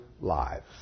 lives